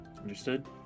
Understood